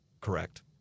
Correct